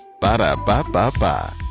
Ba-da-ba-ba-ba